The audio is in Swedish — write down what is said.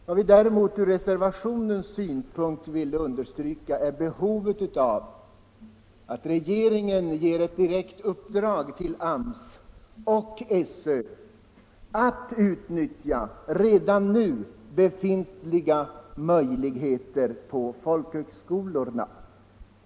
Vad jag som reservant vill understryka är nödvändigheten av att regeringen ger ett direkt uppdrag till AMS och SÖ att utnyttja redan nu befintliga möjligheter på folkhögskolorna.